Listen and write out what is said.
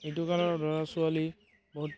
এইটো কালৰ ল'ৰা ছোৱালী বহুত